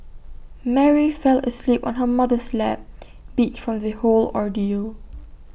Mary fell asleep on her mother's lap beat from the whole ordeal